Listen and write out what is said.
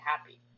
happy